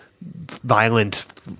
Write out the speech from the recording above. violent